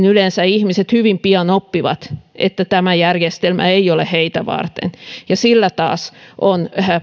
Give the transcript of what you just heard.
yleensä ihmiset hyvin pian oppivat että tämä järjestelmä ei ole heitä varten ja sillä taas on